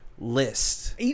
List